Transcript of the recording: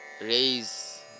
raise